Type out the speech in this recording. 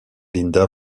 linda